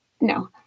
No